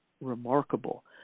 remarkable